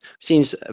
seems